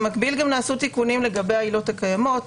במקביל גם נעשו תיקונים לגבי העילות הקיימות,